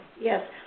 Yes